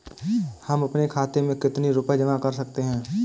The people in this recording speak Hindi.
हम अपने खाते में कितनी रूपए जमा कर सकते हैं?